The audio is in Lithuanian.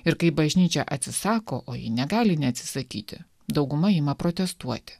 ir kaip bažnyčia atsisako o ji negali neatsisakyti dauguma ima protestuoti